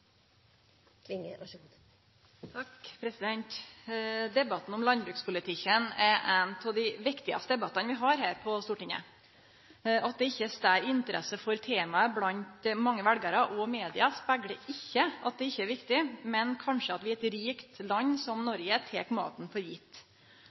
av dei viktigaste debattane vi har her på Stortinget. At det ikkje er større interesse for temaet blant mange veljarar og i media, speglar ikkje at det ikkje er viktig, men kanskje at vi i eit rikt land som